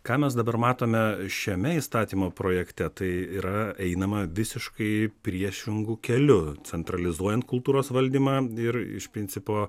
ką mes dabar matome šiame įstatymo projekte tai yra einama visiškai priešingu keliu centralizuojant kultūros valdymą ir iš principo